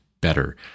better